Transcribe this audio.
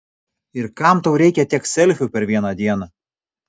ir kam tau reikia tiek selfių per vieną dieną